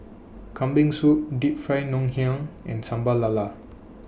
Kambing Soup Deep Fried Ngoh Hiang and Sambal Lala